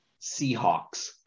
Seahawks